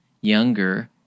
younger